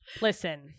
Listen